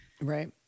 Right